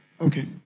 Okay